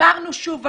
אמרנו שוב ושוב,